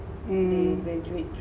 hmm